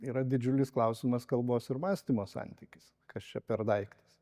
yra didžiulis klausimas kalbos ir mąstymo santykis kas čia per daiktas